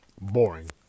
boring